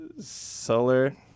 solar